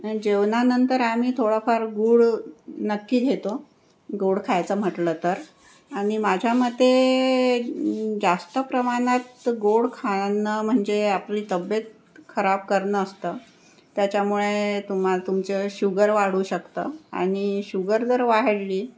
जेवणानंतर आम्ही थोडंफार गूळ नक्की घेतो गोड खायचं म्हटलं तर आणि माझ्या मते जास्त प्रमाणात गोड खाणं म्हणजे आपली तब्येत खराब करणं असतं त्याच्यामुळे तुमा तुमचं शुगर वाढू शकतं आणि शुगर जर वाढली